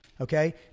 Okay